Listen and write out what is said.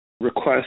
request